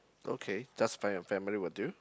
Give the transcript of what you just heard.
okay just find a family will do